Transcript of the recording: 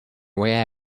way